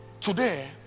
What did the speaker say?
today